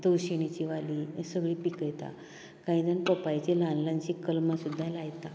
तवशिणीची वाली हे सगळी पिकयता कांय जाण पोपायची ल्हान ल्हानशीं कलमां सुद्दां लायतात